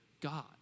God